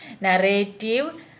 Narrative